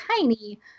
tiny